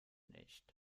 nicht